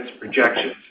projections